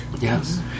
Yes